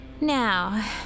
Now